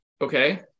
Okay